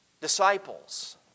Disciples